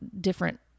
different